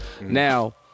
Now